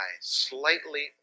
slightly